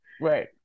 Right